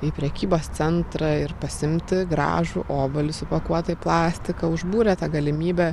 į prekybos centrą ir pasiimti gražų obuolį supakuotą į plastiką užbūrė ta galimybė